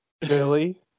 Billy